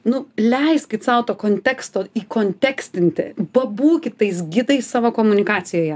nu leiskit sau to konteksto įkontekstinti pabūkit tais gidais savo komunikacijoje